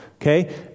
Okay